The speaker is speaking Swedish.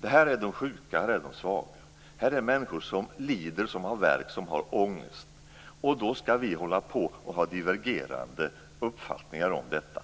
Det gäller de sjuka och de svaga, människor som lider, som har värk och som har ångest. Då skall vi envisas med att ha divergerande uppfattningar om detta.